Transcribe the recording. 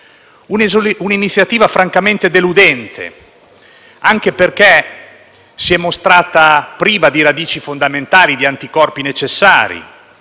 un'iniziativa francamente deludente, anche perché si è mostrata priva di radici fondamentali e degli anticorpi necessari.